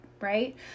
right